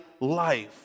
life